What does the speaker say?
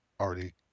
already